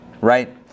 right